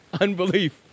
unbelief